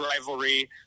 rivalry